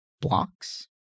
blocks